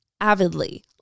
Avidly